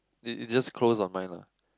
it it just close on mine lah